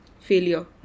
failure